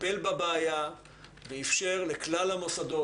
טיפל בבעיה ואפשר לכלל המוסדות,